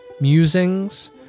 musings